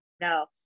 no